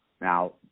Now